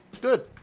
Good